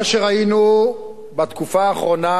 מה שראינו בתקופה האחרונה,